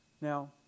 now